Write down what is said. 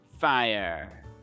fire